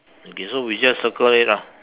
okay so we just circle it ah